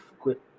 quit